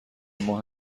اما